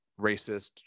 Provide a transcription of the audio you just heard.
racist